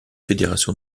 fédération